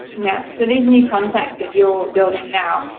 yeah, so these new contacts that you're building now,